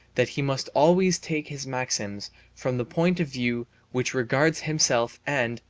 that he must always take his maxims from the point of view which regards himself and,